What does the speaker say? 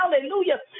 hallelujah